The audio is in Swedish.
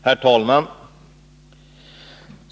Herr talman!